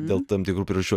dėl tam tikrų priežasčių